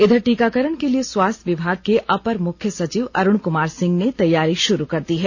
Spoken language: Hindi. इधर टीकाकरण के लिए स्वास्थ्य विभाग के अपर मुख्य सचिव अरुण कुमार सिंह ने तैयारी शुरू कर दी है